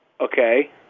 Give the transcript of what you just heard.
Okay